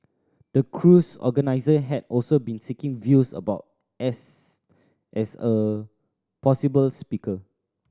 the cruise organiser had also been seeking views about Estes as a possible speaker